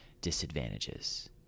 disadvantages